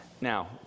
Now